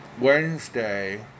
Wednesday